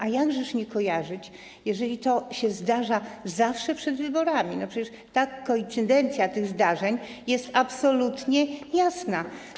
A jakżeż nie kojarzyć tego, jeżeli to się zdarza zawsze przed wyborami, przecież koincydencja tych zdarzeń jest absolutnie jasna.